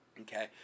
Okay